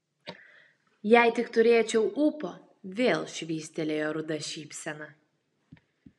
jei tik turėčiau ūpo vėl švystelėjo ruda šypsena